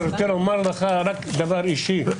אני רוצה לומר לך רק דבר אישי.